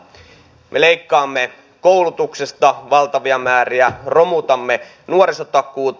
me leikkaamme koulutuksesta valtavia määriä romutamme nuorisotakuuta